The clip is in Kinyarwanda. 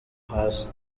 hasi